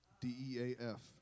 D-E-A-F